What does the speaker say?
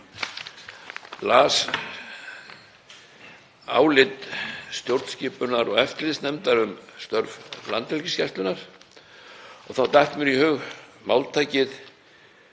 las álit stjórnskipunar- og eftirlitsnefndar um störf Landhelgisgæslunnar. Þá datt mér í hug máltækið: